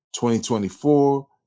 2024